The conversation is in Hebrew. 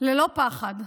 ללא פחד,